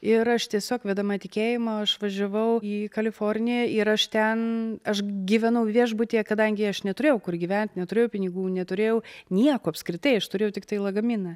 ir aš tiesiog vedama tikėjimo aš važiavau į kaliforniją ir aš ten aš gyvenau viešbutyje kadangi aš neturėjau kur gyvent neturėjau pinigų neturėjau nieko apskritai aš turėjau tiktai lagaminą